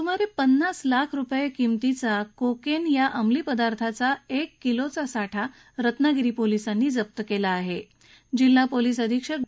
सुमारकिनास लाख रुपयक्रिमतीचा कोक्तीया अमली पदार्थाचा एक किलोचा साठा रत्नागिरी पोलिसांनी जप्त क्ली आह जिल्हा पोलीस अधीक्षक डॉ